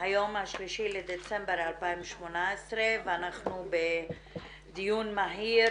היום ה-3 בדצמבר 2018. ואנחנו בדיון מהיר